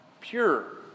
pure